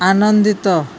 ଆନନ୍ଦିତ